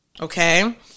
Okay